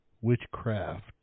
witchcraft